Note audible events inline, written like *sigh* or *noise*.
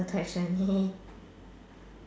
the question *laughs*